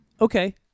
Okay